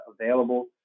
available